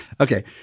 Okay